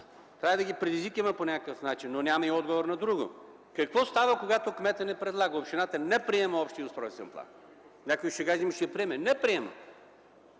трябва да ги предизвикаме по някакъв начин. Но нямаме отговор на друго – какво става, когато кметът не предлага, общината не приема общия устройствен план? Някои ще кажат: „Ами, ще го приеме.” Не приема.